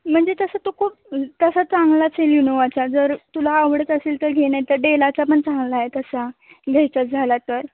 म्हणजे तसं तो खूप तसा चांगलाच आहे लिनोवाचा जर तुला आवडत असेल तर घे नाही तर डेलाचा पण चांगला आहे तसा घ्यायचाच झाला तर